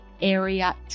area